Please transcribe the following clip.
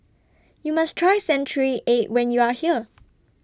YOU must Try Century Egg when YOU Are here